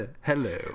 hello